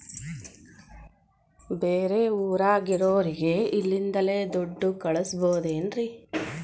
ಬೇರೆ ಊರಾಗಿರೋರಿಗೆ ಇಲ್ಲಿಂದಲೇ ದುಡ್ಡು ಕಳಿಸ್ಬೋದೇನ್ರಿ?